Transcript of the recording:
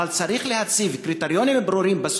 אבל צריך להציב קריטריונים ברורים,